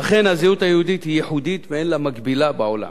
אכן הזהות היהודית היא ייחודית ואין לה מקבילה בעולם.